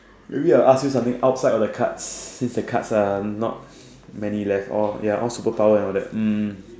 maybe I ask you something outside of the cards since the cards are not many left like all superpower and all that